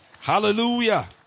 Hallelujah